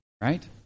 right